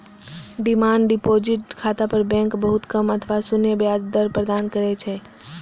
demand deposit खाता पर bank बहुत कम अथवा शून्य ब्याज दर प्रदान करै छै